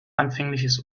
anfängliches